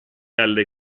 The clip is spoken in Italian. alle